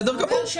בסדר גמור.